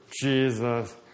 Jesus